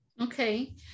Okay